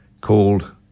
called